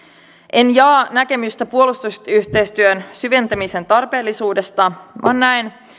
en jaa näkemystä puolustusyhteistyön syventämisen tarpeellisuudesta vaan näen